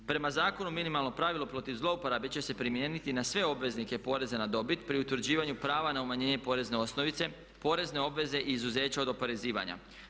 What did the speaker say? Prema Zakonu o minimalnom pravilu protiv zlouporabe će se primijeniti na sve obveznike poreza na dobit pri utvrđivanju prava na umanjenje porezne osnovice, porezne obveze i izuzeća od oporezivanja.